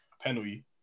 Penalty